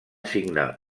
signar